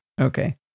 Okay